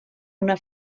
una